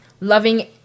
loving